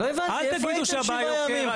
אל תגידו שהבעיה --- לא הבנתי,